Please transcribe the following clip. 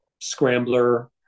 scrambler